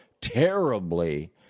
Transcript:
terribly